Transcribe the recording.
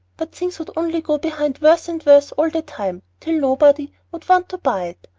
but things would only go behind worse and worse all the time, till nobody would want to buy it.